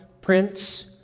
Prince